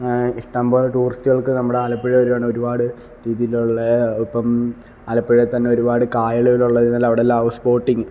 ഇഷ്ടംപോലെ ടൂറിസ്റ്റുകൾക്ക് നമ്മുടെ ആലപ്പുഴേ വരുവാണേ ഒരുപാട് രീതിയിലുള്ള ഇപ്പം ആലപ്പുഴെ തന്നെ ഒരുപാട് കായലുകളുള്ളതിനാൽ അവിടെ എല്ലാം ഹൗസ് ബോട്ടിങ്ങ്